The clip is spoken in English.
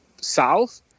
south